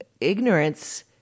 ignorance